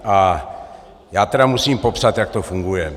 A já tedy musím popsat, jak to funguje.